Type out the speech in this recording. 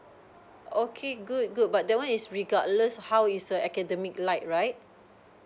okay good good but that one is regardless how is her academic like right